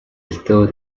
estado